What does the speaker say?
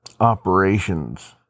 operations